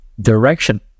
direction